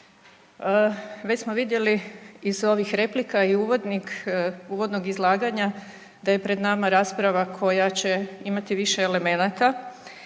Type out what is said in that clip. Već smo vidjeli iz ovih replika i uvodnog izlaganja da je pred nama rasprava koja će imati više elemenata,